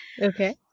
Okay